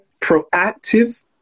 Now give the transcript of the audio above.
proactive